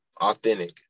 authentic